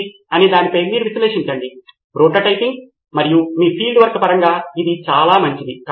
professor అవును ఉదాహరణకు ఈ కోర్సు లాగా ఇక్కడ మా విద్యార్థులకు వారు ఒక విధమైన యంత్రాంగాన్ని కలిగి ఉన్నారు అవును నేను ఈ అంశాన్ని బాగా నేర్చుకున్నాను